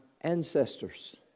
ancestors